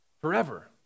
forever